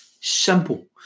Simple